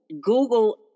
Google